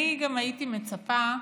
אני גם הייתי מצפה,